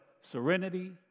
serenity